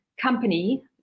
company